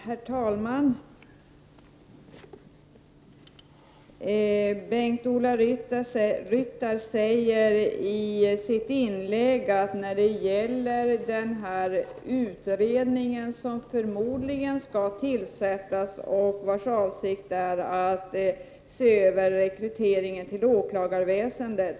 Herr talman! Bengt-Ola Ryttar säger i sitt inlägg att riksdagen inte skall binda upp sig när det gäller den utredning som förmodligen skall tillsättas med uppdrag att se över rekryteringen till åklagarväsendet.